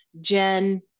Jen